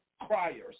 criers